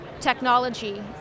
technology